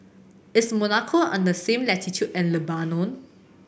is Monaco on the same latitude as Lebanon